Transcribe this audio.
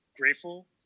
grateful